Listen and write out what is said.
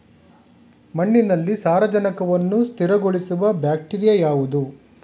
ಮಣ್ಣಿನಲ್ಲಿ ಸಾರಜನಕವನ್ನು ಸ್ಥಿರಗೊಳಿಸುವ ಬ್ಯಾಕ್ಟೀರಿಯಾ ಯಾವುದು?